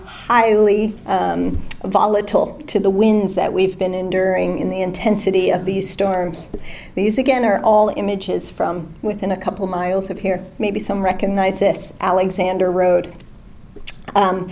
highly volatile to the winds that we've been enduring in the intensity of these storms these again are all images from within a couple miles of here maybe some recognize this alexander road